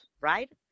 right